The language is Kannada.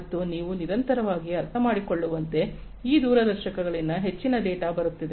ಮತ್ತು ನೀವು ನಿರಂತರವಾಗಿ ಅರ್ಥಮಾಡಿಕೊಳ್ಳುವಂತೆ ಈ ದೂರದರ್ಶಕಗಳಿಂದ ಹೆಚ್ಚಿನ ಡೇಟಾ ಬರುತ್ತಿದೆ